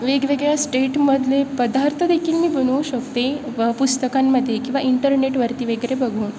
वेगवेगळ्या स्टेटमधले पदार्थ देखील मी बनवू शकते व पुस्तकांमध्ये किंवा इंटरनेटवरती वगैरे बघून